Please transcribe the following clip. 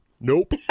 Nope